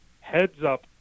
heads-up